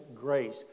grace